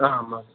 आम् आम्